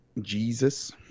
Jesus